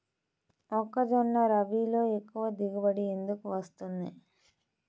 మొక్కజొన్న రబీలో ఎక్కువ దిగుబడి ఎందుకు వస్తుంది?